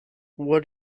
what